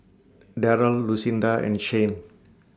Darrell Lucinda and Shane